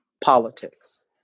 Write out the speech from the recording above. politics